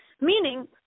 meaning